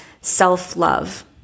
self-love